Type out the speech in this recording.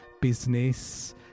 business